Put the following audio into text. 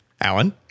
Alan